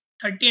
30